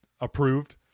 Approved